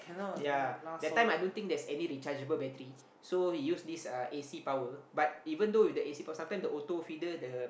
ya that time I don't think there's any rechargeable battery so he use this uh a_c power but even though with the a_c power sometimes the auto feeder the